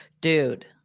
dude